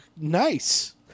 Nice